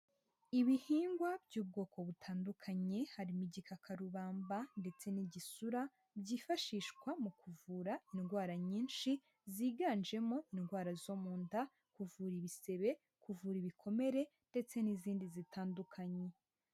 Ibihingwa by'ubwoko butandukanye harimo igikakarubamba ndetse n'igisura byifashishwa mu kuvura indwara nyinshi ziganjemo indwara zo mu nda, kuvura ibisebe, kuvura ibikomere ndetse n'izindi zitandukanye.